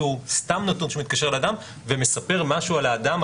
שהוא סתם נתון שמתקשר לאדם ומספר משהו על האדם,